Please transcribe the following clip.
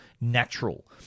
natural